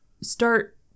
start